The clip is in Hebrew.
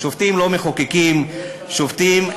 שופטים לא מחוקקים, שופטים,